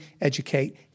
educate